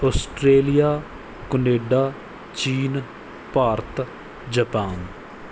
Australia Canada ਚੀਨ Bharat Japan